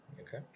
Okay